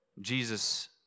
Jesus